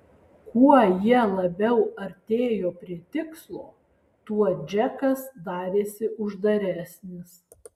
kuo jie labiau artėjo prie tikslo tuo džekas darėsi uždaresnis